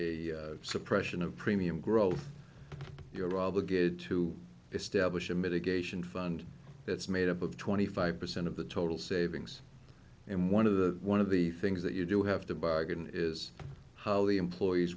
of premium growth you're obligated to establish a mitigation fund that's made up of twenty five percent of the total savings and one of the one of the things that you do have to buy a get in is how the employees